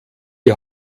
die